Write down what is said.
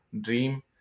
dream